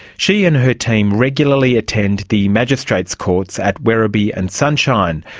she and her team regularly attend the magistrates courts at werribee and sunshine,